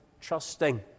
trusting